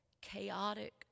chaotic